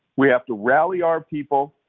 we have to rally our people.